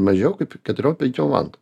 mažiau kaip keturiom penkiom vantom